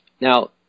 Now